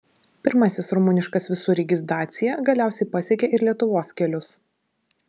pirmasis rumuniškas visureigis dacia galiausiai pasiekė ir lietuvos kelius